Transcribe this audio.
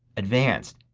advanced.